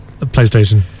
PlayStation